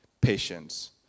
patience